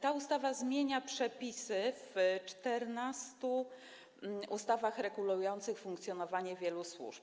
Ta ustawa zmienia przepisy w 14 ustawach regulujących funkcjonowanie wielu służb.